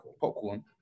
popcorn